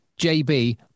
JB